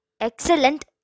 excellent